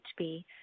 HB